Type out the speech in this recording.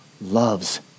loves